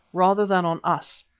rather than on us,